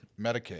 Medicaid